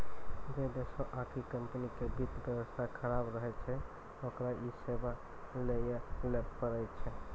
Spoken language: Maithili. जै देशो आकि कम्पनी के वित्त व्यवस्था खराब रहै छै ओकरा इ सेबा लैये ल पड़ै छै